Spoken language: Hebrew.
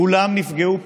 כולם נפגעו פה.